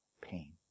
pain